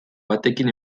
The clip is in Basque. batekin